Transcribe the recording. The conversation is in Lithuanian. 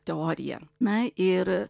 teoriją na ir